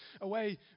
away